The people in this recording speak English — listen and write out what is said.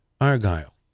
Argyle